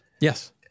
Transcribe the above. Yes